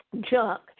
junk